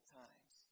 times